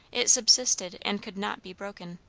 it subsisted and could not be broken.